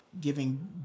giving